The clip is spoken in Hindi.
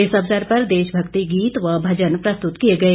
इस अवसर पर देशभक्ति गीत व भजन प्रस्तुत किए गए